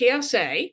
TSA